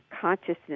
consciousness